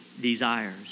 desires